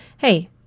hey